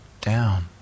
down